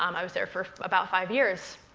um i was there for about five years.